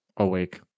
awake